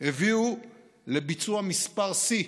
הביאו לביצוע מספר שיא